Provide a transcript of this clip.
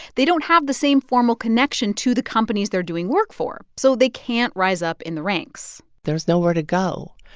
they don't have the same formal connection to the companies they're doing work for. so they can't rise up in the ranks there's nowhere to go.